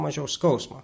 mažiau skausmo